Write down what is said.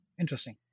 Interesting